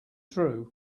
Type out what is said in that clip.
true